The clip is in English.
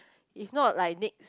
if not like next